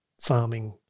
farming